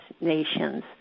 nations